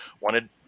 wanted